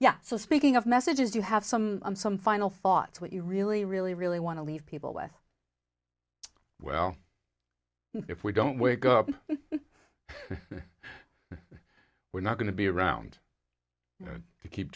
yeah so speaking of messages you have some some final thoughts what you really really really want to leave people with well if we don't wake up we're not going to be around to keep